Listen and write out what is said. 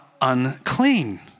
unclean